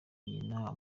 nyina